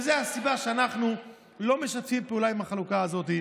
וזו הסיבה שאנחנו לא משתפים פעולה עם החלוקה הזאת.